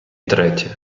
третє